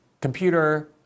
computer